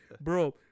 Bro